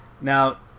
Now